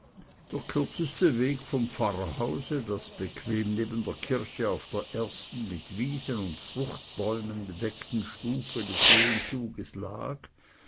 der kürzeste weg vom pfarrhause das bequem neben der kirche auf der ersten mit wiesen und fruchtbäumen bedeckten stufe des höhenzuges lag